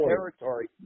territory